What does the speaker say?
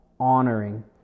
honoring